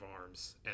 arms